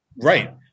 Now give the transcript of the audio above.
right